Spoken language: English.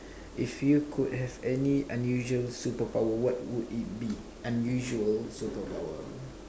if you could have any unusual superpower what would it be unusual superpower